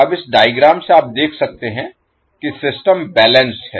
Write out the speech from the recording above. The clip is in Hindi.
अब इस डायग्राम से आप देख सकते हैं कि सिस्टम बैलेंस्ड है